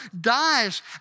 dies